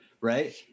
Right